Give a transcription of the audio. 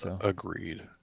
Agreed